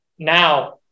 now